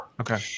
Okay